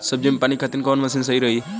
सब्जी में पानी खातिन कवन मशीन सही रही?